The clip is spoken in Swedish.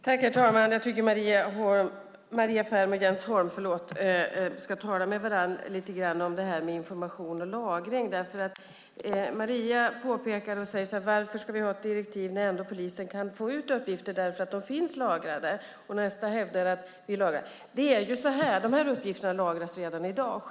Herr talman! Jag tycker att Maria Ferm och Jens Holm ska tala med varandra om information och lagring. Maria frågar varför vi ska ha ett direktiv när polisen ändå kan få ut uppgifter eftersom de finns lagrade, och Jens säger att vi inte lagrar. Uppgifterna lagras redan i dag.